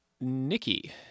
Nikki